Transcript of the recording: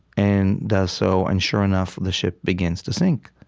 and does so, and sure enough, the ship begins to sink.